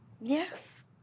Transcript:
Yes